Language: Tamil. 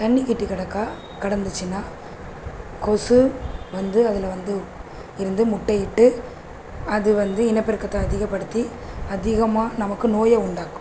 தண்ணி கெட்டி கிடக்கா கடந்துச்சுன்னா கொசு வந்து அதில் வந்து இருந்து முட்டை இட்டு அது வந்து இனப்பெருக்கத்தை அதிகப்படுத்தி அதிகமாக நமக்கு நோயை உண்டாக்கும்